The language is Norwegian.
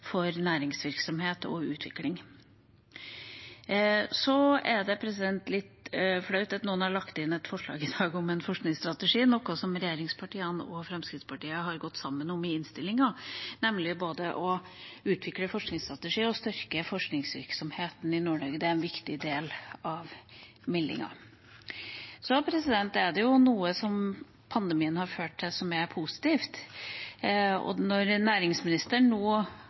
for næringsvirksomhet og utvikling. Videre er det litt flaut at noen har lagt inn et forslag i dag om en forskningsstrategi, noe som regjeringspartiene og Fremskrittspartiet har gått sammen om i innstillinga, nemlig både å utvikle forskningsstrategier og å styrke forskningsvirksomheten i Nord-Norge. Det er en viktig del av meldinga. Så er det noe pandemien har ført til, som er positivt. Når næringsministeren nå